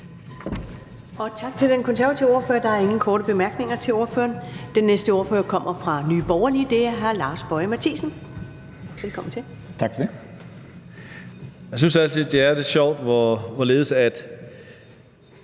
Tak til den konservative ordfører. Der er ingen korte bemærkninger til ordføreren. Den næste ordfører kommer fra Nye Borgerlige. Det er hr. Lars Boje Mathiesen. Velkommen til. Kl. 11:55 (Ordfører) Lars Boje Mathiesen (NB):